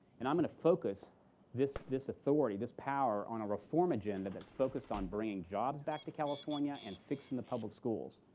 and i'm going to focus this this authority, power, on a reform agenda that's focused on bringing jobs back to california and fixing the public schools.